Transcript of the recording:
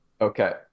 Okay